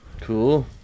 cool